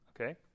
okay